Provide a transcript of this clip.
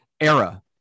Era